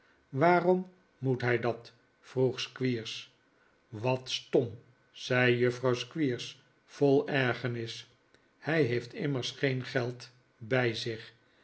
waarom moet hij dat vroeg squeers wat stom zei juffrouw squeers vol ergernis hij heeft immers geen geld bij zich